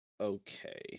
okay